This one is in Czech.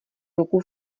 roku